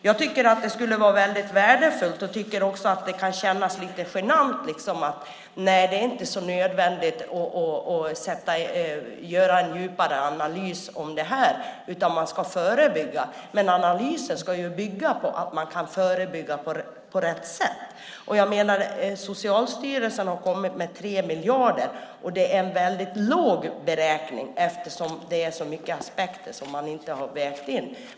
Jag tycker att det känns lite genant: Nej, det är inte så nödvändigt att göra en djupare analys av det här, utan man ska förebygga. Men analysen ska ju bygga på att man kan förebygga på rätt sätt. Socialstyrelsen har angett 3 miljarder, och det är en väldigt låg beräkning eftersom det är så många aspekter som man inte har vägt in.